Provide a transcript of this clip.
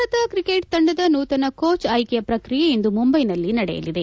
Bharat cricket ತಂಡದ ನೂತನ coach ಆಯ್ತೆ ಪ್ರಕ್ರಿಯೆ ಇಂದು ಮುಂಬೈನಲ್ಲಿ ನಡೆಯಲಿದೆ